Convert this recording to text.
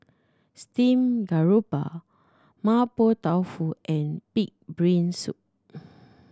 steamed garoupa Mapo Tofu and pig brain soup